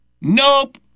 nope